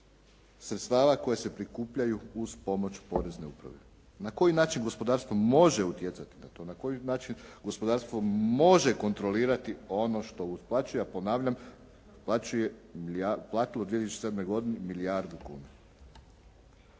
sredstava koja se prikupljaju uz pomoć porezne uprave? Na koji način gospodarstvo može utjecati na to? Na koji način gospodarstvo može kontrolirati ono što uplaćuje, a ponavljam uplatilo je 2007. godine milijardu kuna?